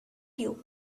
you